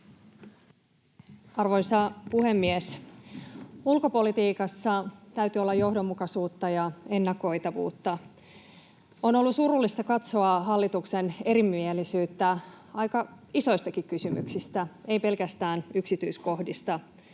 Arvoisa puhemies! Ulkopolitiikassa täytyy olla johdonmukaisuutta ja ennakoitavuutta. On ollut surullista katsoa hallituksen erimielisyyttä aika isoistakin kysymyksistä, ei pelkästään yksityiskohdista,